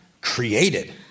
created